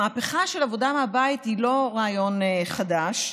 המהפכה של עבודה מהבית היא לא רעיון חדש,